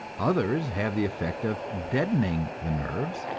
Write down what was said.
others have the effect of deadening the nerves,